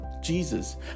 jesus